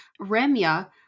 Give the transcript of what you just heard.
Remya